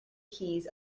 keys